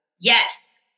Yes